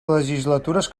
legislatures